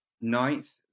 ninth